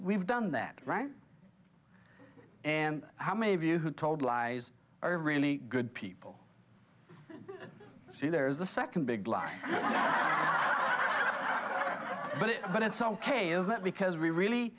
we've done that right and how many of you who told lies are really good people see there is a second big lie the but but it's ok is that because we really